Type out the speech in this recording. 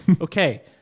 Okay